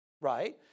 right